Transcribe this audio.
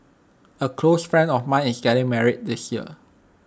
A close friend of mine is getting married this year